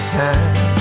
time